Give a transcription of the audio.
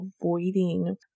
avoiding